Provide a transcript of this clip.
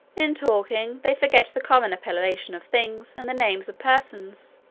in talking, they forget the common appellation of things, and the names of persons,